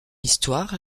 histoire